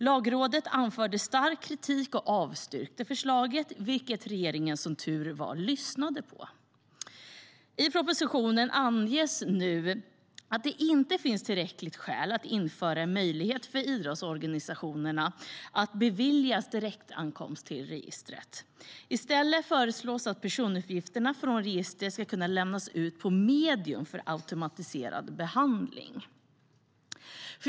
Lagrådet anförde stark kritik och avstyrkte förslaget, vilket regeringen som tur var lyssnade på. I propositionen anges nu att det inte finns tillräckliga skäl för att införa en möjlighet för idrottsorganisationer att beviljas direktåtkomst till registret. I stället föreslås att personuppgifter från registret ska kunna lämnas ut på medium för automatiserad behandling.